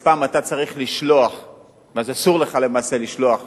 בחוק ה"ספאם" אסור לך למעשה לשלוח